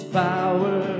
power